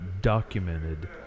documented